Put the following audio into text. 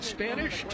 Spanish